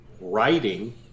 writing